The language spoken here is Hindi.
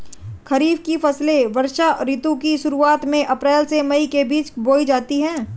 खरीफ की फसलें वर्षा ऋतु की शुरुआत में अप्रैल से मई के बीच बोई जाती हैं